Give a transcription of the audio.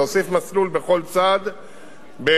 להוסיף מסלול בכל צד בכביש.